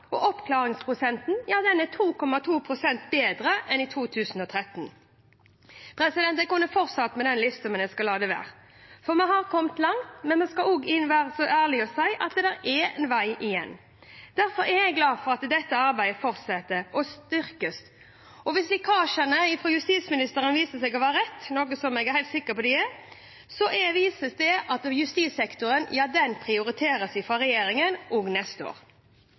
og oppklaringsprosenten er 2,2 pst. bedre enn i 2013. Jeg kunne fortsatt med den listen, men jeg skal la det være. For vi har kommet langt, men jeg skal også være ærlig og si at det er et stykke igjen. Derfor er jeg glad for at dette arbeidet fortsetter å styrkes. Og hvis lekkasjene fra justisministeren viser seg å være rett, noe jeg er helt sikker på at de er, viser de at justissektoren prioriteres av regjeringen også neste år.